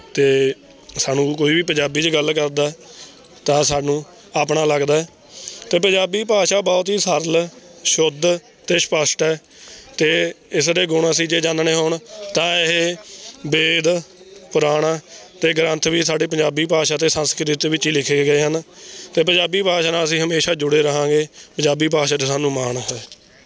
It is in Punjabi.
ਅਤੇ ਸਾਨੂੰ ਕੋਈ ਵੀ ਪੰਜਾਬੀ 'ਚ ਗੱਲ ਕਰਦਾ ਤਾਂ ਸਾਨੂੰ ਆਪਣਾ ਲੱਗਦਾ ਹੈ ਅਤੇ ਪੰਜਾਬੀ ਭਾਸ਼ਾ ਬਹੁਤ ਹੀ ਸਰਲ ਸ਼ੁੱਧ ਅਤੇ ਸਪੱਸ਼ਟ ਹੈ ਅਤੇ ਇਸ ਦੇ ਗੁਣ ਅਸੀਂ ਜੇ ਜਾਣਨੇ ਹੋਣ ਤਾਂ ਇਹ ਵੇਦ ਪੁਰਾਣ ਅਤੇ ਗ੍ਰੰਥ ਵੀ ਸਾਡੇ ਪੰਜਾਬੀ ਭਾਸ਼ਾ ਅਤੇ ਸੰਸਕ੍ਰਿਤ ਵਿੱਚ ਹੀ ਲਿਖੇ ਗਏ ਹਨ ਅਤੇ ਪੰਜਾਬੀ ਭਾਸ਼ਾ ਨਾਲ ਅਸੀਂ ਹਮੇਸ਼ਾਂ ਜੁੜੇ ਰਹਾਂਗੇ ਪੰਜਾਬੀ ਭਾਸ਼ਾ 'ਤੇ ਸਾਨੂੰ ਮਾਣ ਹੈ